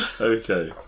Okay